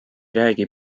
räägi